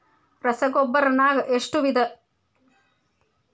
ರಸಗೊಬ್ಬರ ನಾಗ್ ಎಷ್ಟು ವಿಧ?